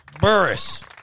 Burris